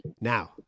Now